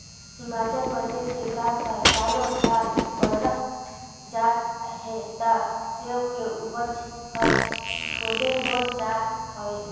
हिमाचल परदेस के ताप हर सालो साल बड़हत जात हे त सेब के उपज हर थोंरेह होत जात हवे